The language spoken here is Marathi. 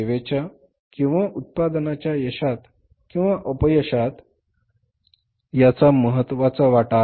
सेवेच्या किंवा उत्पादनाच्या यशात किंवा अपयशात याचा महत्त्वाचा वाटा आहे